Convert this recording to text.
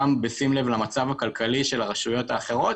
גם בשים לב למצב הכלכלי של הרשויות האחרות